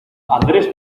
andrés